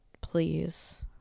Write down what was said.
please